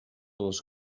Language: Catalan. les